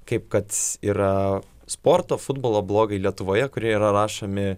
kaip kad yra sporto futbolo blogai lietuvoje kurie yra rašomi